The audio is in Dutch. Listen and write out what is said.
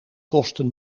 kosten